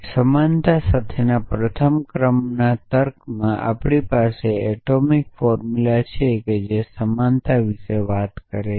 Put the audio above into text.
સમાનતા સાથેના પ્રથમ ક્રમમાં તર્ક આપણી પાસે એટોમિક ફોર્મુલા છે જે સમાનતા વિશે વાત કરે છે